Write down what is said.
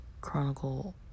chronicle